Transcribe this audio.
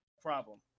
problem